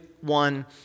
one